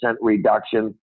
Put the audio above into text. reduction